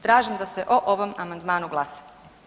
Tražim da se o ovom amandmanu glasa.